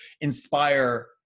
inspire